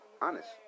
Honest